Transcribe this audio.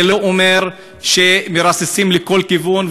זה לא אומר שמרססים לכל כיוון,